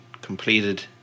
completed